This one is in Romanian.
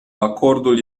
acordul